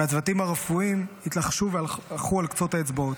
והצוותים הרפואיים התלחשו והלכו על קצות האצבעות.